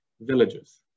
villages